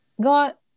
got